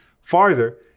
farther